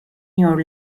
your